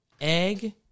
egg